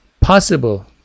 possible